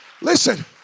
Listen